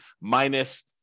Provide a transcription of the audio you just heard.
minus